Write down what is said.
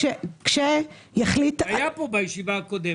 הוא היה פה בישיבה הקודמת.